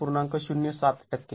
०७ टक्के